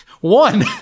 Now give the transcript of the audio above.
One